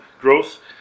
growth